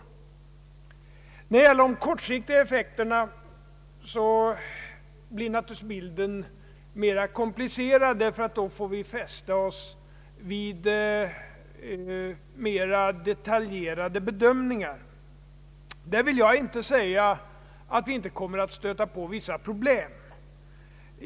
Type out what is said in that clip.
I fråga om de kortsiktiga effekterna blir naturligtvis bilden mera komplicerad, därför att vi då får fästa oss vid mera detaljerade bedömningar. Där vill jag inte säga att vi inte kommer att stöta på vissa problem.